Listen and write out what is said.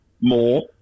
more